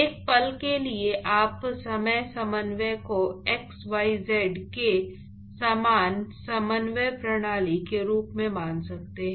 एक पल के लिए आप समय समन्वय को xyz के समान समन्वय प्रणाली के रूप में मान सकते हैं